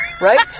right